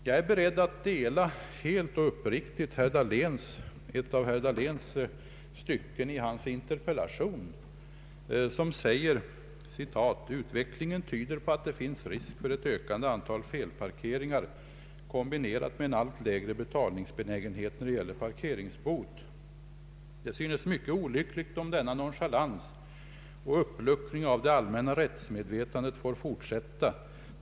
Jag är beredd att helt och uppriktigt instämma i ett av styckena i herr Dahléns interpellation som lyder: ”Utvecklingen tyder på att det finns risk för ett ökande antal felparkeringar kombinerat med en allt lägre betalningsbenägenhet när det gäller parkeringsbot. Det synes mycket olyckligt om denna nonchalans och uppluckring av det allmänna rättsmedvetandet får fortsätta.